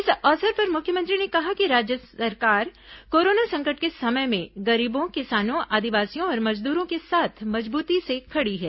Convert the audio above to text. इस अवसर पर मुख्यमंत्री ने कहा कि राज्य सरकार कोरोना संकट के समय में गरीबों किसानों आदिवासियों और मजदूरों के साथ मजबूती से खड़ी है